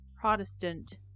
Protestant